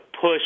push